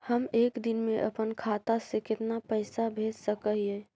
हम एक दिन में अपन खाता से कितना पैसा भेज सक हिय?